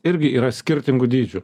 irgi yra skirtingų dydžių